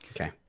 Okay